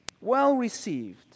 Well-received